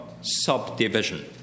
subdivision